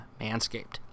Manscaped